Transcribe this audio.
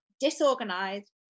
disorganized